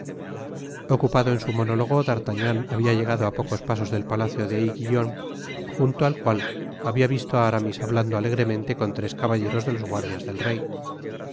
at ocupado en su monólogo d'artagnan habia llegado á pocos pasos del palacio de aiguillon junto al cual habia visto á aramis hablando alegremente con tres caballeros de los guardias del rey